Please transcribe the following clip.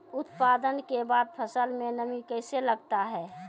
उत्पादन के बाद फसल मे नमी कैसे लगता हैं?